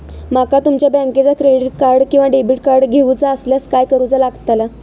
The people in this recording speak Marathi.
माका तुमच्या बँकेचा क्रेडिट कार्ड किंवा डेबिट कार्ड घेऊचा असल्यास काय करूचा लागताला?